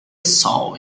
saw